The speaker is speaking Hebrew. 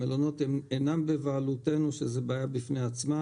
המלונות אינם בבעלותנו, שזה בעיה בפני עצמה.